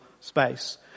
space